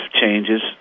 changes